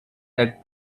egg